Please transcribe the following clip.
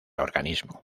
organismo